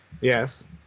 Yes